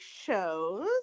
shows